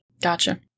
Gotcha